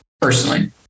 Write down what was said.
Personally